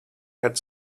had